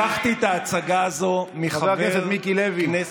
לקחתי את ההצעה הזו מחבר כנסת,